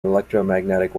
electromagnetic